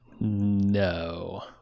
No